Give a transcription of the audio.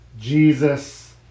Jesus